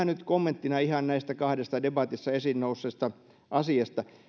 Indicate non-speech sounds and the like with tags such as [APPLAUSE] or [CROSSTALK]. [UNINTELLIGIBLE] nyt kommenttina ihan näistä kahdesta debatissa esiinnousseesta asiasta